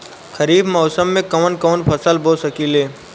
खरिफ मौसम में कवन कवन फसल बो सकि ले?